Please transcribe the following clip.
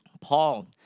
Paul